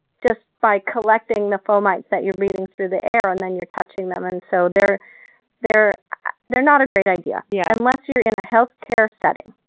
just by collecting the fomites that you're breathing through the air and then you're touching them. and so they're they're not a great idea yeah unless you're in a healthcare setting,